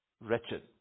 wretched